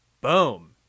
Boom